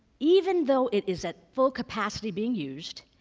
even though it is at full capacity being used,